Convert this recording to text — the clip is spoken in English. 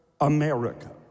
America